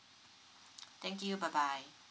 thank you bye bye